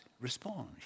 respond